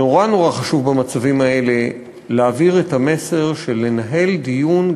נורא נורא חשוב במצבים האלה להעביר את המסר של לנהל דיון,